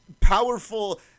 powerful